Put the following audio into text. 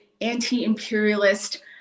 anti-imperialist